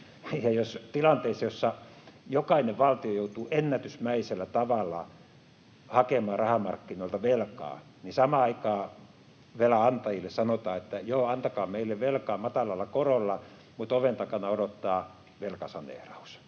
jos tilanteessa, jossa jokainen valtio joutuu ennätysmäisellä tavalla hakemaan rahamarkkinoilta velkaa, samaan aikaan velan antajille sanotaan, että joo, antakaa meille velkaa matalalla korolla, mutta oven takana odottaa velkasaneeraus